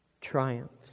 triumphs